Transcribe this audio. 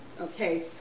okay